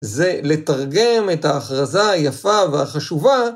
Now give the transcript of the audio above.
זה לתרגם את ההכרזה היפה והחשובה.